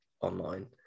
online